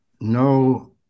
no